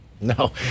No